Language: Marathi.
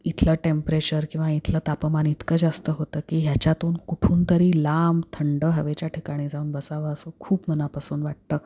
इथलं टेम्परेचर किंवा इथलं तापमान इतकं जास्त होतं की ह्याच्यातून कुठून तरी लांब थंड हवेच्या ठिकाणी जाऊन बसावं असं खूप मनापासून वाटतं